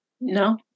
No